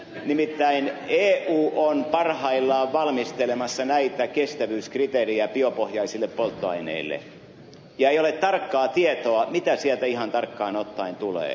nimittäin eu on parhaillaan valmistelemassa näitä kestävyyskriteerejä biopohjaisille polttoaineille ja ei ole tarkkaa tietoa mitä sieltä ihan tarkkaan ottaen tulee